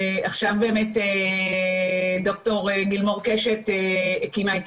ועכשיו באמת דוקטור גילמור קשת הקימה את